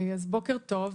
בוקר טוב.